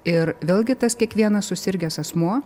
ir vėlgi tas kiekvienas susirgęs asmuo